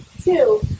Two